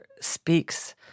speaks